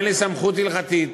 אין לי סמכות הלכתית.